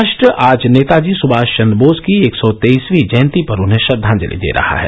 राष्ट्र आज नेताजी सुभाष चंद्र बोस की एक सौ तेईसवीं जयंती पर उन्हें श्रद्वाजंति दे रहा है